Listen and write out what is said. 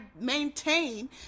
maintain